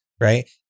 right